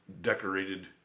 decorated